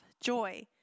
joy